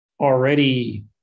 already